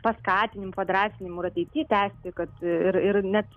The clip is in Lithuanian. paskatinimų padrąsinimų ir ateity tęsti kad ir ir net